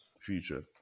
future